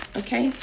okay